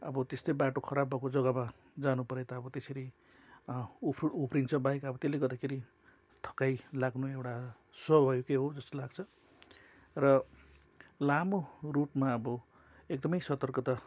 अब त्यस्तै बाटो खराब भएको जग्गामा जानु परे त अब त्यसरी उफ उफ्रिन्छ बाइक अब त्यसले गर्दाखेरि थकाइ लाग्नु एउटा स्वभाविकै हो जस्तो लाग्छ र लामो रुटमा अब एकदमै सतर्कता